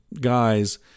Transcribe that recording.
guys